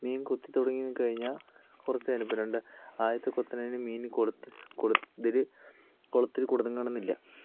മീൻ കൊത്തി തുടങ്ങി കഴിഞ്ഞാൽ കുറച്ചുനേരം ഇപ്പോൾ രണ്ട് ആദ്യത്തെകൊത്തിൽ തന്നെ മീന് കൊളുത്തി കൊ ഇതില് കൊളുത്തില് കുടുങ്ങണമെന്നില്ല